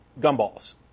gumballs